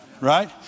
right